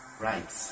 right